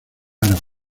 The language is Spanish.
árabe